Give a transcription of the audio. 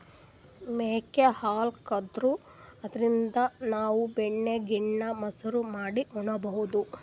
ಮೇಕೆ ಹಾಲ್ ಕರ್ದು ಅದ್ರಿನ್ದ್ ನಾವ್ ಬೆಣ್ಣಿ ಗಿಣ್ಣಾ, ಮಸರು ಮಾಡಿ ಉಣಬಹುದ್